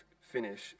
finish